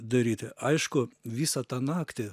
daryti aišku visą tą naktį